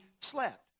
slept